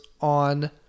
on